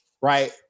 Right